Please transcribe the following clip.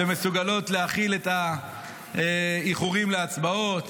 שמסוגלות להכיל את האיחורים להצבעות.